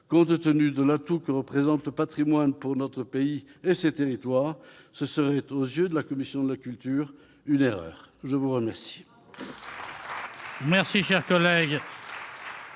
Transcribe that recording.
Compte tenu de l'atout que représente le patrimoine pour notre pays et ses territoires, ce serait, aux yeux de la commission de la culture, une erreur. La parole